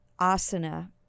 asana